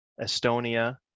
estonia